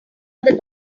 other